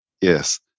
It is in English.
Yes